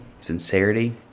sincerity